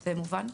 זה מובן?